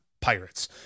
Pirates